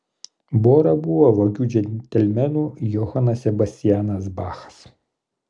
bora buvo vagių džentelmenų johanas sebastianas bachas